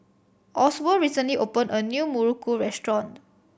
Oswald recently opened a new muruku restaurant